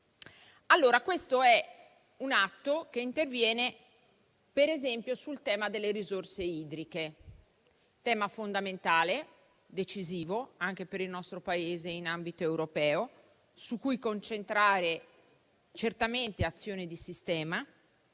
Questo è un atto che interviene, per esempio, sul tema delle risorse idriche. È un tema fondamentale, decisivo anche per il nostro Paese in ambito europeo, su cui concentrare certamente azioni di sistema,